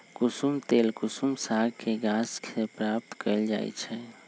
कुशुम तेल कुसुम सागके गाछ के प्राप्त कएल जाइ छइ